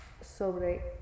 sobre